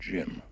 Jim